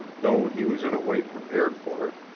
though he was in a way prepared for it,